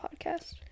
podcast